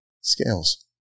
scales